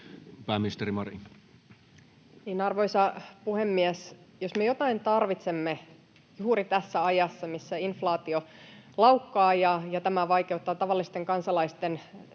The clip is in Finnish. Pääministeri Marin. Arvoisa puhemies! Jos me jotain tarvitsemme juuri tässä ajassa, missä inflaatio laukkaa ja tämä vaikeuttaa tavallisten kansalaisten